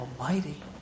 Almighty